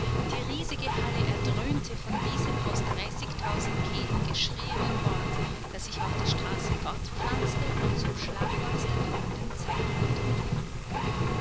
die riesige halle erdröhnte von diesem aus dreißigtausend kehlen geschrieenen wort das sich auf die straße fortpflanzte und zum schlagwort der kommenden zeit wurde